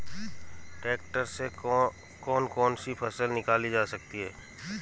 Tractor से कौन कौनसी फसल निकाली जा सकती हैं?